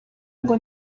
ngo